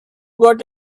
got